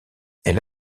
elle